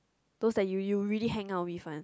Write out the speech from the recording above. those that you you really hang out with one